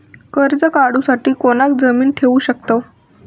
कर्ज काढूसाठी कोणाक जामीन ठेवू शकतव?